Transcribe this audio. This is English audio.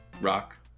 Rock